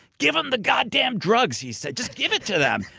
give em the goddamn drugs! he said, just give it to them!